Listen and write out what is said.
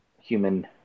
human